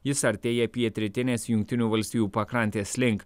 jis artėja pietrytinės jungtinių valstijų pakrantės link